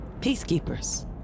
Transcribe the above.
Peacekeepers